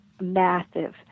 massive